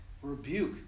rebuke